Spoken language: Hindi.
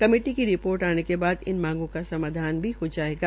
कमेटी की रि ोर्ट आने के बाद इन मांगों का समधान भी हो जायेगा